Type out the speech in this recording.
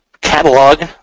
catalog